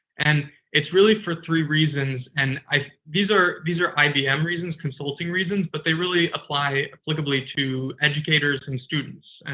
and it's really for three reasons, and these are these are ibm reasons, consulting reasons, but they really apply applicably to educators and students. and